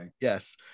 yes